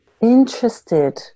interested